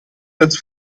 das